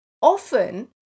often